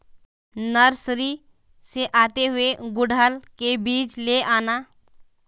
nursery से आते हुए गुड़हल के बीज ले आना